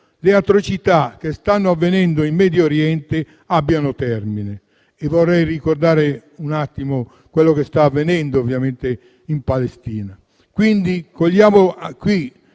le atrocità che stanno avvenendo in Medio Oriente abbiano termine. E vorrei ricordare un attimo quello che sta avvenendo in Palestina. Cogliamo questa